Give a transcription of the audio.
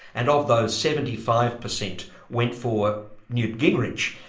and of those seventy five per cent went for newt gingrich.